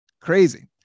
crazy